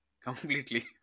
Completely